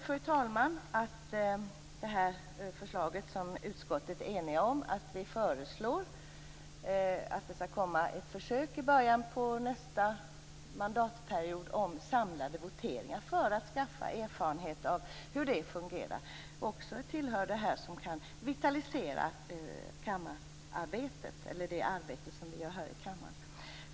Jag tror att det förslag som utskottet är enigt om och som innebär att det skall komma ett försök med samlade voteringar i början på nästa mandatperiod för att skaffa erfarenhet av hur detta fungerar också tillhör det som kan vitalisera kammararbetet.